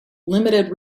limited